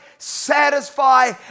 satisfy